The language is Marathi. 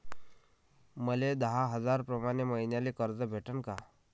मले दहा हजार प्रमाण मईन्याले कर्ज भेटन का?